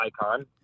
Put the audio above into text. icon